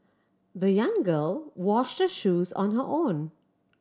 the young girl washed the shoes on her own